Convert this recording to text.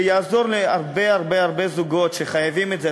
שיעזור להרבה הרבה זוגות שחייבים את זה.